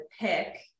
pick